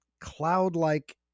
cloud-like